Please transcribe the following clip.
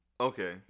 Okay